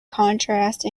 contrast